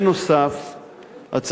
נוסף על כך,